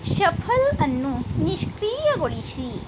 shuffle ಅನ್ನು ನಿಷ್ಕ್ರೀಯಗೊಳಿಸಿ